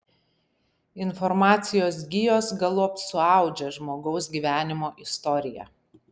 informacijos gijos galop suaudžia žmogaus gyvenimo istoriją